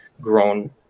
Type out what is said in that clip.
grown